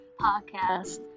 Podcast